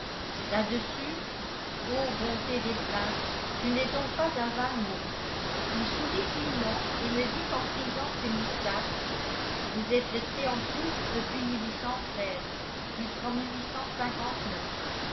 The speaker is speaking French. là-dessus ô bonté des princes tu n'es donc pas un vain mot il sourit finement et me dit en frisant ses moustaches vous êtes resté en prusse depuis jusqu'en